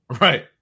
right